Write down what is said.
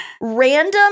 random